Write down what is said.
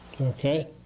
Okay